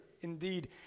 indeed